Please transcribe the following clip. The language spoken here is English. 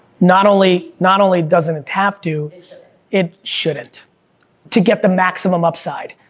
not only not only doesn't it have to it shouldn't to get the maximum upside.